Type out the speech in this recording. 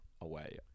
away